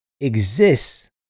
exists